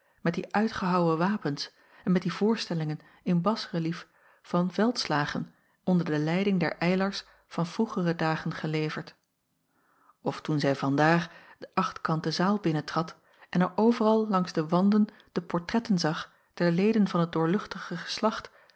met die uitgehouwen wapens en met die voorstellingen in basrelief van veldslagen onder de leiding der eylars van vroegere dagen geleverd of toen zij vandaar de achtkante zaal binnentrad en er overal langs de wanden de portretten zag der leden van het doorluchtige geslacht